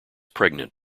pregnant